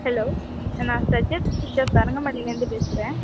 hello நான் தரங்கம்பாடிலந்து பேசுகிறன்